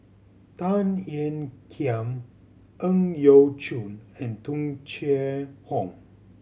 Tan Ean Kiam Ang Yau Choon and Tung Chye Hong